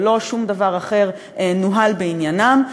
ולא שום דבר אחר נוהל בעניינם,